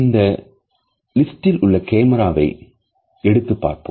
இந்த லிஸ்டில் உள்ள கேமராவை எடுத்து பார்த்தோம்